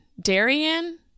Darian